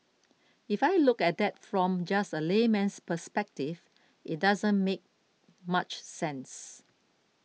if I look at that from just a layman's perspective it doesn't make much sense